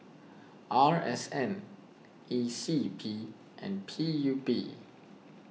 R S N E C P and P U B